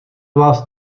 vás